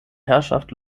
herrschaft